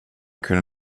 kunde